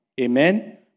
Amen